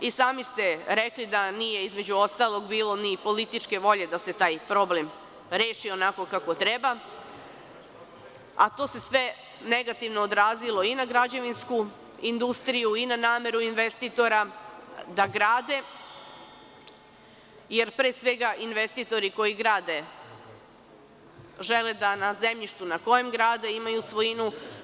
I sami ste rekli da nije između ostalog bilo ni političke volje da se taj problem reši onako kako treba, a to se sve negativno odrazilo i na građevinsku industriju i na nameru investitora da grade, jer, pre svega, investitori koji grade žele da na zemljištu na kojem grade imaju svojinu.